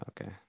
okay